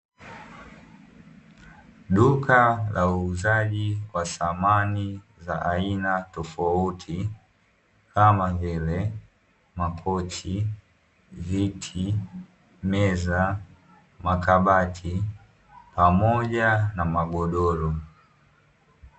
Duka la uuzaji wa samani za aina tofauti, kama vile: makochi, viti, meza, makabati pamoja na magodoro.